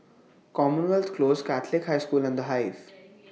Commonwealth Close Catholic High School and The Hive